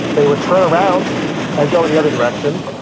they would turn around and go in the other direction,